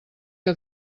que